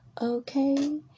Okay